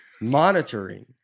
monitoring